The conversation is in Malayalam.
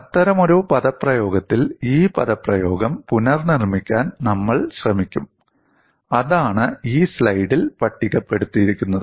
അത്തരമൊരു പദപ്രയോഗത്തിൽ ഈ പദപ്രയോഗം പുനർനിർമ്മിക്കാൻ നമ്മൾ ശ്രമിക്കും അതാണ് ഈ സ്ലൈഡിൽ പട്ടികപ്പെടുത്തിയിരിക്കുന്നത്